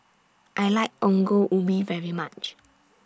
I like Ongol Ubi very much